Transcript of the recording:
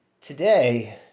today